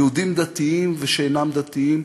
יהודים דתיים ושאינם דתיים,